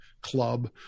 club